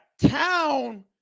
town